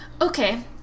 Okay